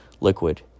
liquid